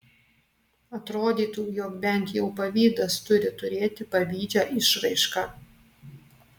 atrodytų jog bent jau pavydas turi turėti pavydžią išraišką